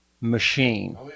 machine